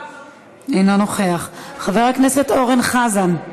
אינו נוכח, חבר הכנסת אורן חזן,